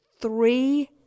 three